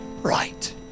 right